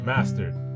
Mastered